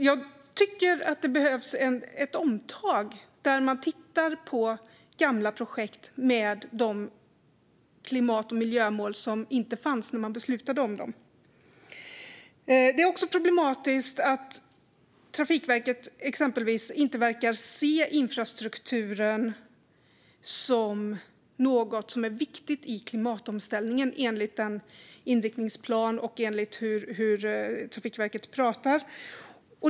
Jag tycker att det behövs ett omtag, där man tittar på gamla projekt och tar med de klimat och miljömål som inte fanns när man beslutade om dem. Det är också problematiskt att Trafikverket exempelvis inte verkar se infrastrukturen som något som är viktigt i klimatomställningen, att döma av inriktningsplanen och hur Trafikverket pratar.